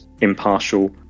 impartial